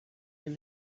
that